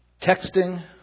Texting